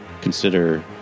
consider